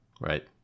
Right